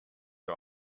are